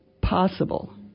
possible